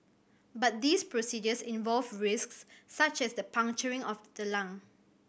but these procedures involve risks such as the puncturing of the lung